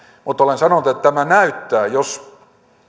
mutta olen sanonut että tämä näyttää jos